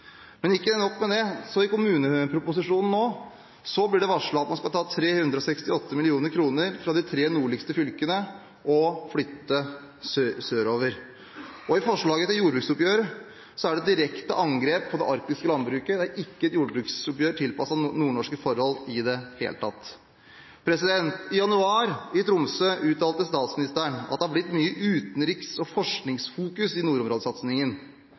Men ikke nok med det. I kommuneproposisjonen blir det nå varslet at man skal ta 368 mill. kr fra de tre nordligste fylkene og flytte dem sørover. Og i forslaget til jordbruksoppgjør er det direkte angrep på det arktiske landbruket. Det er ikke et jordbruksoppgjør tilpasset nordnorske forhold i det hele tatt. I januar i Tromsø uttalte statsministeren at det har blitt mye utenriks- og forskningsfokus i nordområdesatsingen,